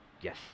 Yes